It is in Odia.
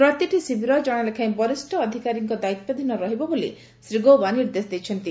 ପ୍ରତିଟି ଶିବିର ଜଣେ ଲେଖାଏଁ ବରିଷ୍ଣ ଅଧିକାରୀଙ୍କ ଦାୟିତ୍ୱାଧୀନ ରହିବ ବୋଲି ଶ୍ରୀ ଗୌବା ନିର୍ଦ୍ଦେଶ ଦେଇଛନ୍ତି